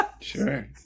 sure